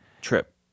Trip